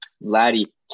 Laddie